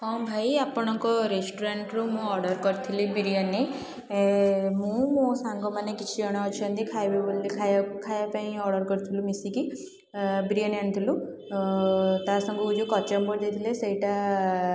ହଁ ଭାଇ ଆପଣଙ୍କ ରେଷ୍ଟୁରାଣ୍ଟରୁ ମୁଁ ଅର୍ଡ଼ର୍ କରିଥିଲି ବିରିୟାନୀ ମୁଁ ମୋ ସାଙ୍ଗମାନେ କିଛି ଜଣ ଅଛନ୍ତି ଖାଇବେ ବୋଲି ଖାଇବାକୁ ଖାଇବାପାଇଁ ଅର୍ଡ଼ର୍ କରିଥିଲୁ ମିଶିକି ବିରିୟାନୀ ଅଣିଥିଲୁ ତା ସାଙ୍ଗକୁ ଯେଉଁ କଚୁମ୍ବର ଦେଇଥିଲେ ସେଇଟା